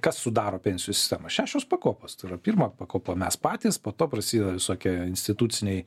kas sudaro pensijų sistemą šešios pakopos tai yra pirma pakopa mes patys po to prasideda visokie instituciniai